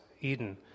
Eden